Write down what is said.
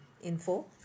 info